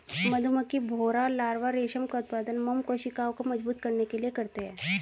मधुमक्खियां, भौंरा लार्वा रेशम का उत्पादन मोम कोशिकाओं को मजबूत करने के लिए करते हैं